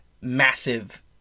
massive